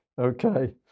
Okay